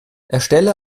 erstelle